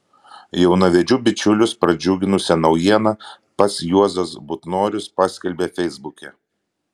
jaunavedžių bičiulius pradžiuginusią naujieną pats juozas butnorius paskelbė feisbuke